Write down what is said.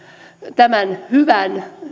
tämän hyvän